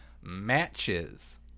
matches